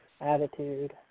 attitude